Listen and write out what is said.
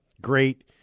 great